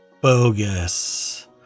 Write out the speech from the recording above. bogus